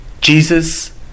Jesus